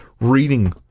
reading